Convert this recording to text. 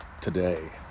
Today